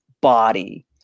body